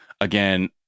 Again